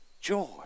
joy